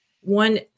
one